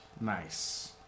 Nice